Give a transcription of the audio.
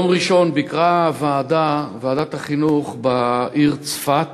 ביום ראשון ועדת החינוך ביקרה בעיר צפת.